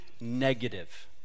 negative